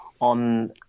on